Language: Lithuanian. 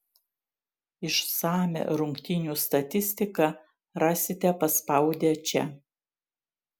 išsamią rungtynių statistiką rasite paspaudę čia